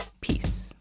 Peace